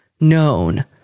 known